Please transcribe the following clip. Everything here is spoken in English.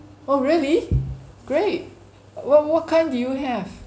oh really great what what kind do you have